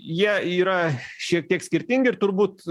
jie yra šiek tiek skirtingi ir turbūt